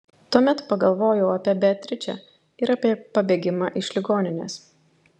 tuomet pagalvoju apie beatričę ir apie pabėgimą iš ligoninės